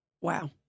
Wow